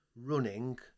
running